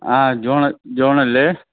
ആ ജോണ് ജോണല്ലേ